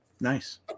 Nice